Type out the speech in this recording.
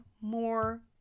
more